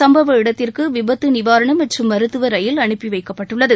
சம்பவ இடத்திற்கு விபத்து நிவாரண மற்றும் மருத்துவ ரயில் அனுப்பி வைக்கப்ட்டுள்ளது